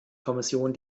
kommission